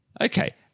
Okay